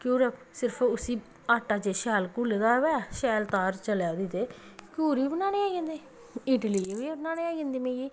घ्यूर उसी सिर्फ आटा शैल घुले दा होऐ शैल तार चला दी ते घ्यूर बी बनाने आई जंदे इडली बी बनानै आई जंदी मिगी